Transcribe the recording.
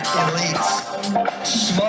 elites